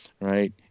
right